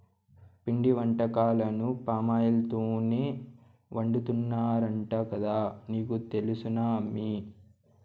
పిండి వంటకాలను పామాయిల్ తోనే వండుతున్నారంట కదా నీకు తెలుసునా అమ్మీ